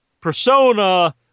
persona